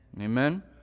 amen